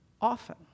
often